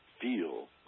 feel